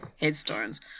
headstones